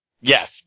Yes